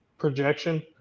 Projection